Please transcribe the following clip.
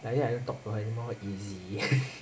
like that I don't talk to her anymore easy